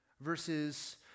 verses